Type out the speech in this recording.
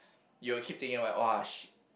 you will keep thinking about it !wah! sh~